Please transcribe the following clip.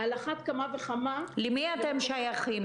על אחת כמה וכמה במקומות --- למי אתם שייכים?